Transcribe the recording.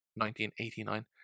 1989